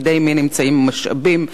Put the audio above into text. בידי מי נמצאים המשאבים?